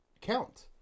count